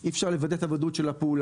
אי אפשר לוודא את הוודאות של הפעולה.